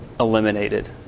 Eliminated